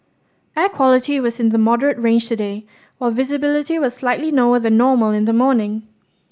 air quality was in the moderate range today while visibility was slightly lower than normal in the morning